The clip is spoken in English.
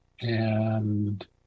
and-